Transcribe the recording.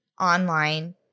online